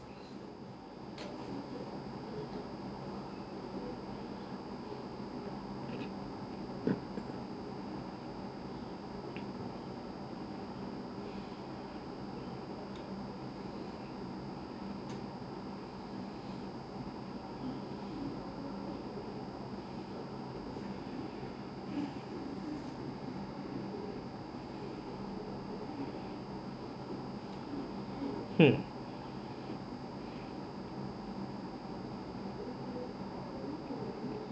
hmm